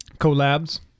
collabs